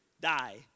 die